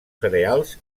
cereals